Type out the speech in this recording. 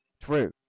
true